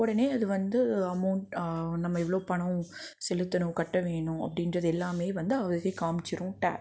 உடனே அது வந்து அமௌண்ட் நம்ம எவ்வளோ பணம் செலுத்தவேணும் கட்டவேணும் அப்படின்றது எல்லாமே வந்து அதிலே காமிச்சிடும் ட